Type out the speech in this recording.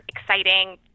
exciting